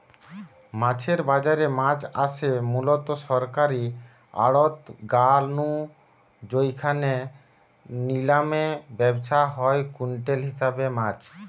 মাছের বাজারে মাছ আসে মুলত সরকারী আড়ত গা নু জউখানে নিলামে ব্যাচা হয় কুইন্টাল হিসাবে মাছ